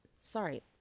sorry